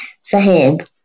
Sahib